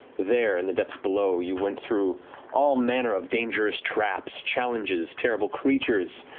there, in the depths below, you went through all manner of dangerous traps, challenges, terrible creatures,